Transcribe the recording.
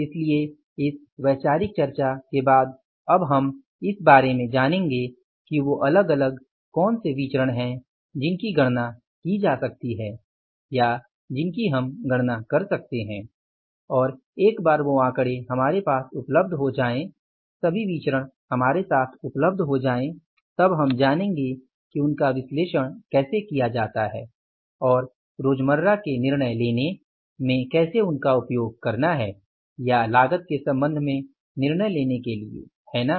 इसलिए इस वैचारिक चर्चा के बाद अब हम इस बारे में जानेंगे कि वो अलग अलग कौन से विचरण हैं जिनकी गणना की जा सकती है या जिनकी हम गणना कर सकते हैं और एक बार वो आंकड़े हमारे पास उपलब्ध हो जायें सभी विचरण हमारे साथ उपलब्ध हो जायें तब हम जानेंगे कि उनका विश्लेषण कैसे किया जाता है और रोज़मर्रा के निर्णय लेने में कैसे उनका उपयोग करना है या लागत के सम्बन्ध में निर्णय लेने के लिए है ना